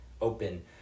open